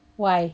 why